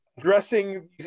dressing